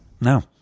No